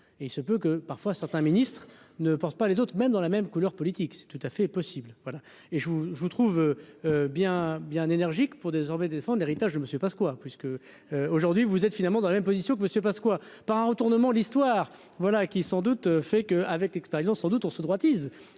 et il se peut que parfois certains ministres ne porte pas les autres, même dans la même couleur politique, c'est tout à fait possible voilà et je vous je trouve. Bien bien énergique pour désormais l'héritage, je ne me suis pas ce quoi puisque aujourd'hui vous êtes finalement dans la même position que monsieur Pasqua, par un retournement, l'histoire, voilà qui sans doute fait que avec expérience sans doute on se droitise